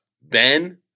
Ben